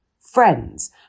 friends